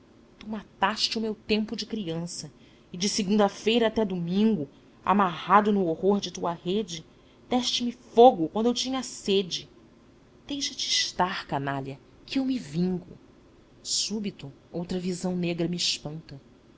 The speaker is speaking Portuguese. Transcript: mataste o meu tempo de criança e de segunda-feira até domingo amarrado no horror de tua rede deste me fogo quanto eu tinha sede deixa-te estar canalha que eu me vingo súbito outra visão negra me espanta